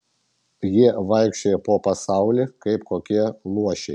jie vaikščioja po pasaulį kaip kokie luošiai